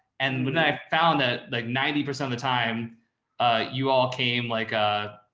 and when i found that like ninety percent of the time you all came, like, ah